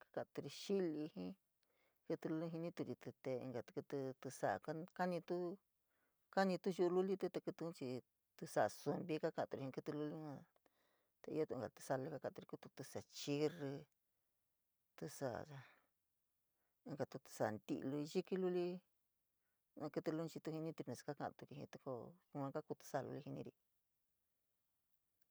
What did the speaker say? Ka ka’aturi xí’íli jiíí, kítí luliun jinituri te, tísáá kanitu yu’u lulití kítíun tísaa sumpi, kakaturi jii’i kítí luliun yua te iotu inka tísaa chírrí, tísaa, inkatu tísaa ti’i yíkí luli, kítí luliu chii tu jiniri nlasa kaka’aturi jintí, koo yua kakuu tísáá luli ja jijiri.